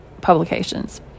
publications